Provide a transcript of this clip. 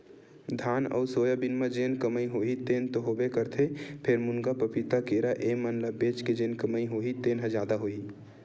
धान अउ सोयाबीन म जेन कमई होही तेन तो होबे करथे फेर, मुनगा, पपीता, केरा ए मन ल बेच के जेन कमई होही तेन ह जादा होही